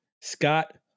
Scott